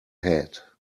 head